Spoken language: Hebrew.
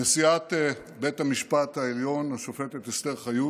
נשיאת בית המשפט העליון השופטת אסתר חיות,